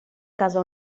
casa